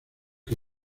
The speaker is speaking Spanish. que